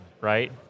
right